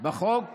בחוק